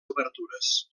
obertures